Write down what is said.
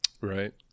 Right